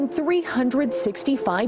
365